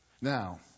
Now